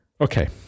okay